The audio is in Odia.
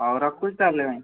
ହଉ ରଖୁଛି ତାହେଲେ